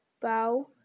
Bow